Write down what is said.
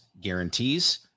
guarantees